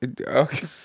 Okay